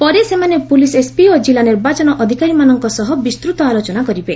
ପରେ ସେମାନେ police SP ଓ କିଲ୍ଲା ନିର୍ବାଚନ ଅଧିକାରୀମାନଙ୍କ ସହ ବିସ୍ତୃତ ଆଲୋଚନା କରିବେ